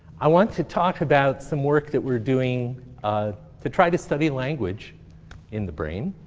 i want to talk about some work that we're doing ah to try to study language in the brain.